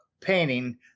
painting